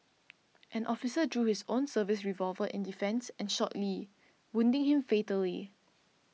an officer drew his own service revolver in defence and shot Lee wounding him fatally